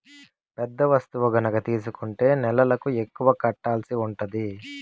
పెద్ద వస్తువు గనక తీసుకుంటే నెలనెలకు ఎక్కువ కట్టాల్సి ఉంటది